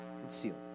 concealed